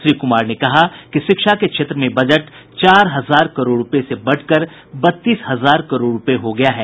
श्री कुमार ने कहा कि शिक्षा के क्षेत्र में बजट चार हजार करोड़ रूपये से बढ़कर बत्तीस हजार करोड़ रूपये हो गया है